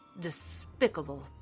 despicable